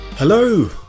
Hello